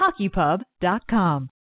HockeyPub.com